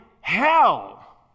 hell